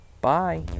bye